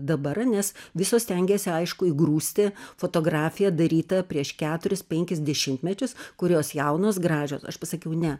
dabar nes visos stengiasi aišku įgrūsti fotografiją darytą prieš keturis penkis dešimtmečius kur jos jaunos gražios aš pasakiau ne